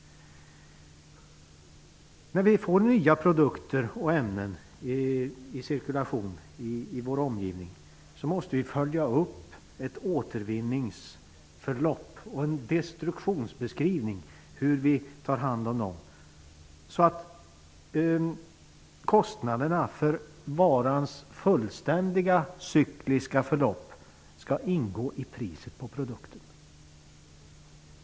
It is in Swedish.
När vi får nya produkter och ämnen i cirkulation i vår omgivning måste vi utforma ett återvinningsförlopp och en destruktionsbeskrivning för dem. Kostnaderna för varans fullständiga cykliska förlopp skall ingå i priset på produkten.